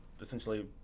essentially